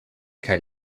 kaj